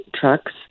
trucks